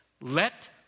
Let